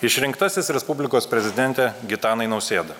išrinktasis respublikos prezidente gitanai nausėda